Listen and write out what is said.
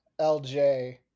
LJ